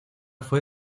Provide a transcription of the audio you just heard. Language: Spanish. fue